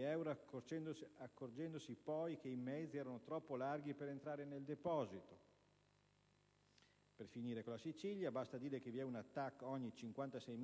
euro, accorgendosi poi che i mezzi erano troppo larghi per entrare in deposito. Per finire, passiamo alla Sicilia: basta dire che viene fatta una TAC ogni